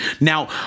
Now